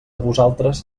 vosaltres